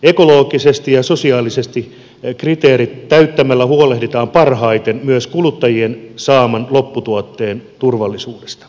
ekologiset ja sosiaaliset kriteerit täyttämällä huolehditaan parhaiten myös kuluttajien saaman lopputuotteen turvallisuudesta